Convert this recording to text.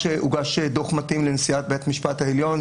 הוגשה כבר לשר המשפטים לאישור,